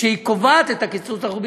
כשהיא קובעת את הקיצוץ הרוחבי,